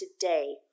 today